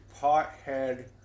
pothead